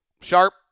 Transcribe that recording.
sharp